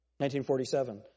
1947